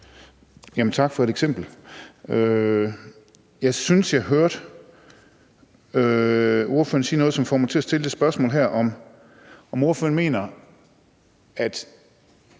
tak for et eksempel. Jeg synes, jeg hørte ordføreren sige noget, som får mig til at stille det her spørgsmål: Mener ordføreren, at